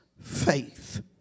faith